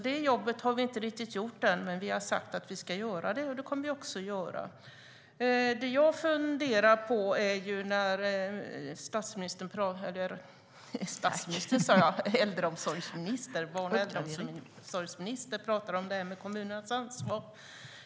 Det jobbet har vi alltså inte riktigt gjort än, men vi har sagt att vi ska göra det och kommer också att göra det. Det som gör mig fundersam är när barn och äldreministern pratar om kommunernas ansvar.